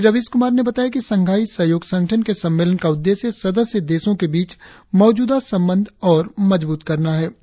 श्री रविश कुमार ने बताया कि शंघाई सहयोग संगठन्न के सम्मेलन का उद्देश्य सदस्य देशों के बीच मौजूदा संबंध और मजबूत करना है